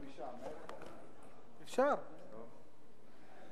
בבקשה, אדוני.